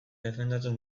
defendatzen